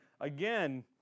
again